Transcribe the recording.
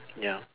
ya